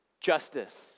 justice